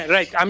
Right